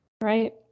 Right